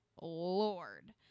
lord